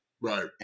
Right